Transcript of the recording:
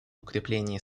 укреплении